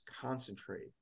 concentrate